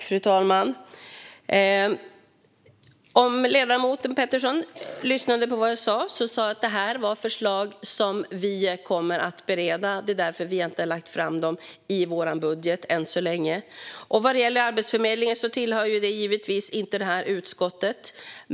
Fru talman! Om ledamoten Pettersson lyssnade på vad jag sa hade hon hört att jag sa att det var förslag som vi kommer att bereda. Det är därför vi inte har lagt fram dem i vår budget än så länge. Vad gäller Arbetsförmedlingen tillhör den frågan givetvis inte detta utskott.